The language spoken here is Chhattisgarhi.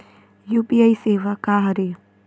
यू.पी.आई सेवा का हरे?